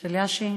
של יאשי,